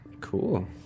Cool